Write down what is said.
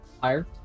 fire